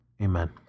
amen